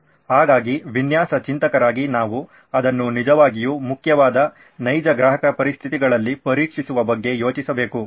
ಹಾಗಾಗಿ ವಿನ್ಯಾಸ ಚಿಂತಕರಾಗಿ ನಾವು ಅದನ್ನು ನಿಜವಾಗಿಯೂ ಮುಖ್ಯವಾದ ನೈಜ ಗ್ರಾಹಕ ಪರಿಸ್ಥಿತಿಗಳಲ್ಲಿ ಪರೀಕ್ಷಿಸುವ ಬಗ್ಗೆ ಯೋಚಿಸಬೇಕು